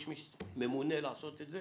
יש ממונה לעשות את זה